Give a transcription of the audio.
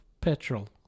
petrol